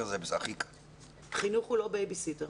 חינוך הוא לא בייביסיטר.